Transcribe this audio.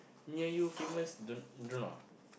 near you famous do do you know